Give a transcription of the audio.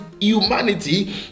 humanity